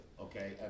okay